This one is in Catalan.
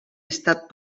estat